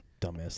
dumbass